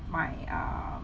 my err